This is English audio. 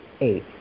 eight